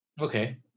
Okay